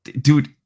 Dude